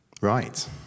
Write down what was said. Right